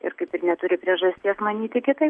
ir kaip ir neturi priežasties manyti kitaip